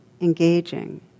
engaging